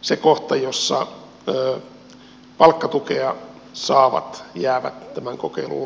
se kohta jossa palkkatukea saavat jäävät tämän kokeilun ulkopuolelle